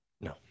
No